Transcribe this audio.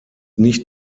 nicht